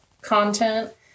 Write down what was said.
content